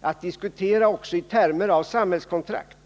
att diskutera också i termer av samhällskontrakt.